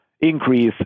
increase